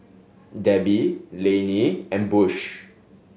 Debby Lainey and Bush